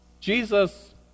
Jesus